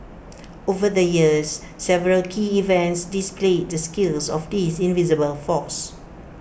over the years several key events displayed the skills of this invisible force